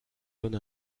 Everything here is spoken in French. donne